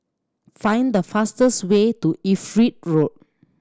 find the fastest way to Everitt Road